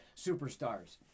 superstars